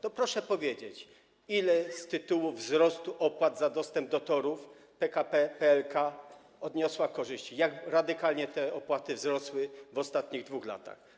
To proszę powiedzieć, ile z tytułu wzrostu opłat za dostęp do torów PKP PLK odniosły korzyści, jak radykalnie te opłaty wzrosły w ostatnich 2 latach.